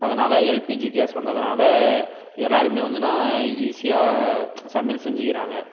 அதனாலே LPG gas வந்ததினால எல்லோருமே வந்துனா ஈஸியாக சமையல் செஞ்சுக்கிறாங்க